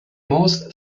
most